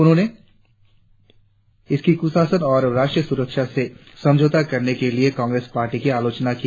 उन्होंने इसकी कुशासन और राष्ट्रीय सुरक्षा से समझौता करने के लिए कांग्रेस पार्टी की आलोचना की